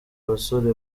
abasore